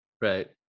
Right